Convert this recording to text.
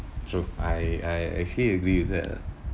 so I I actually agree with that ah